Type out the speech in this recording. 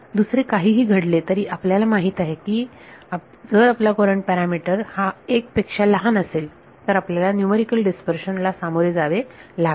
दुसरे काहीही घडले तरी आपल्याला माहित आहे की जर आपला कुरंट पॅरामीटर् हा 1 पेक्षा लहान असेल तर आपल्याला न्यूमरिकल डीस्पर्शन ला सामोरे जावे लागेल